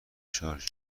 شارژ